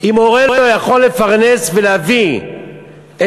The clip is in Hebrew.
אם הורה לא יכול לפרנס ולהביא את